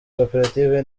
koperative